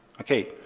okay